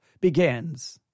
begins